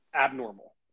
abnormal